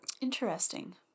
Interesting